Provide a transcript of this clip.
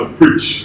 preach